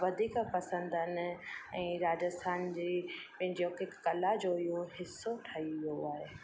वधीक पसंदि आहिनि ऐं राजस्थान जी हिकु कला जो इहो हिसो ठही वियो आहे